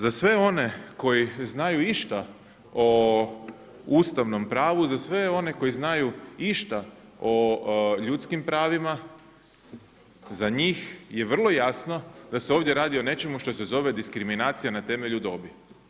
Za sve one koji znaju išta o Ustavnom pravu, za sve one znaju išta o ljudskim pravima, za njih je vrlo jasno da se ovdje radi o nečemu što se zove diskriminacija na temelju dobi.